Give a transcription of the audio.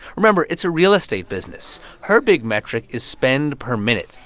remember it's a real estate business. her big metric is spend per minute.